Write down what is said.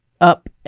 up